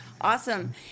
awesome